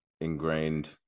ingrained